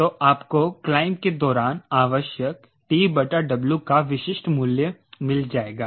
तो आपको क्लाइंब के दौरान आवश्यक TW का विशिष्ट मूल्य मिल जाएगा